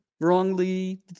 wrongly